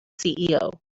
ceo